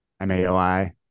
MAOI